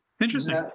Interesting